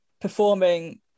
performing